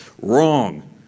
Wrong